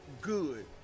good